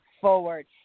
forward